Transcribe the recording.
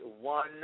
one